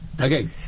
Okay